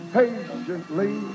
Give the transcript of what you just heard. patiently